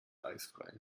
eisfrei